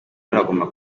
nagombaga